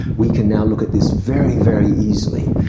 we can now look at this very very easily.